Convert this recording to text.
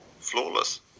Flawless